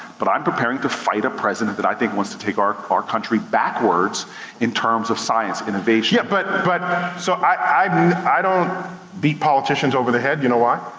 but i'm preparing to fight a president that i think wants to take our our country backwards in terms of science, innovation yeah, but but so i don't beat politicians over the head. you know why?